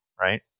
right